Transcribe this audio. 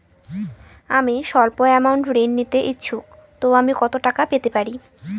আমি সল্প আমৌন্ট ঋণ নিতে ইচ্ছুক তো আমি কত টাকা পেতে পারি?